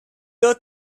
will